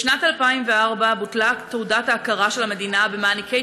בשנת 2004 בוטלה תעודת ההכרה של המדינה במעניקי